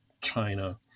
China